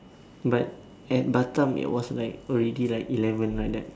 but at Batam it was like already like eleven like that